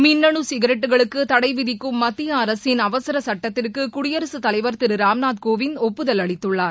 மின்னனு சிகரெட்டுகளுக்கு தடை விதிக்கும் மத்திய அரசின் அவசர சுட்டத்திற்கு குடியரசுத் தலைவர் திரு ராம்நாத் கோவிந்த் ஒப்புதல் அளித்துள்ளார்